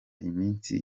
iminsi